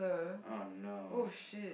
oh no